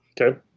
Okay